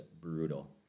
brutal